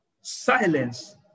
silence